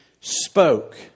spoke